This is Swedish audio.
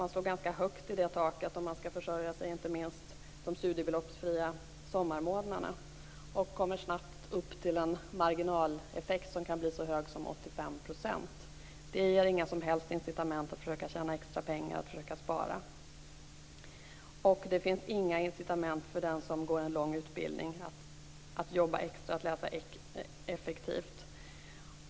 Man slår ganska snabbt i taket om man skall försörja sig inte minst de studiebeloppsfria sommarmånaderna, och man kommer snabbt upp till en marginaleffekt som kan bli så hög som 85 %. Det ger inga som helst incitament att försöka tjäna extra pengar, att försöka spara. Det finns inte några incitament för den som går en lång utbildning att jobba extra, att läsa effektivt.